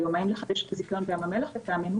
הדיון "האם לחדש את הזיכיון בים המלח?" לטעמנו